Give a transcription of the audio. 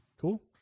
cool